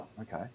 Okay